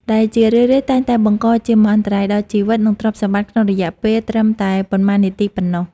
ដែលជារឿយៗតែងតែបង្កជាមហន្តរាយដល់ជីវិត និងទ្រព្យសម្បត្តិក្នុងរយៈពេលត្រឹមតែប៉ុន្មាននាទីប៉ុណ្ណោះ។